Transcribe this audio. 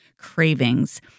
cravings